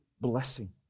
blessing